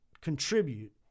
contribute